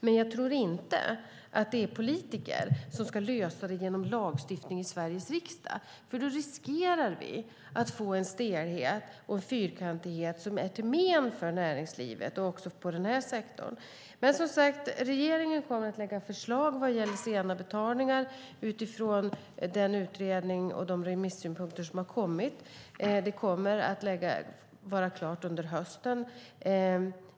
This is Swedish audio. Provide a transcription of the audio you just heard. Men jag tror inte att det är politiker som ska lösa det genom lagstiftning i Sveriges riksdag, för då riskerar vi att få en stelhet och en fyrkantighet som är till men för näringslivet också inom den här sektorn. Regeringen kommer som sagt att lägga fram förslag vad gäller sena betalningar utifrån den utredning och de remissynpunkter som har kommit. Det kommer att vara klart under hösten.